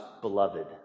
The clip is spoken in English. beloved